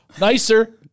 Nicer